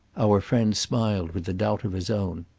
our friend smiled with a doubt of his own.